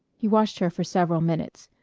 he watched her for several minutes.